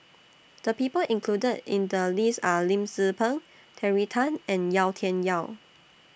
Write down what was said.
The People included in The list Are Lim Tze Peng Terry Tan and Yau Tian Yau